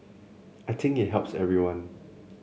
I think it helps everyone